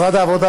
משרד העבודה,